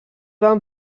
van